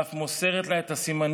ואף מסרה לה את הסימנים